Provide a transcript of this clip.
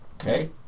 Okay